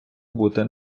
бути